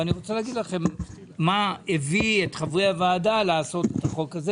ואני רוצה להגיד לכם מה הביא את חברי הוועדה לעשות את החוק הזה,